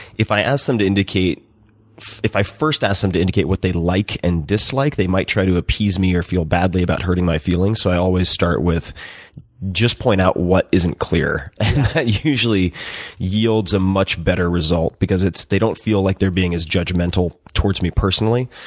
if i ask them to indicate if i first ask them to indicate what they like and dislike, they might try to appease me or feel badly about hurting my feelings. so i always start with just point out what isn't clear. that usually yields a much better result because they don't feel like they're being as judgmental towards me personally.